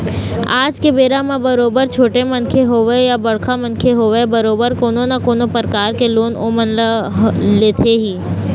आज के बेरा म बरोबर छोटे मनखे होवय या बड़का मनखे होवय बरोबर कोनो न कोनो परकार के लोन ओमन ह लेथे ही